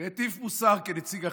והטיף מוסר כנציג החרדים.